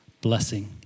blessing